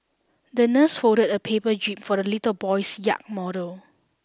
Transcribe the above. the nurse folded a paper jib for the little boy's yacht model